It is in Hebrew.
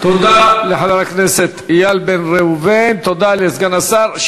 תודה לחבר הכנסת איל בן ראובן, תודה לסגן השר.